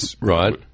Right